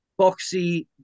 Boxy